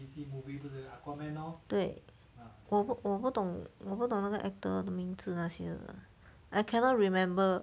对我不我不懂我不懂那个 actor 的名字那些 lah I cannot remember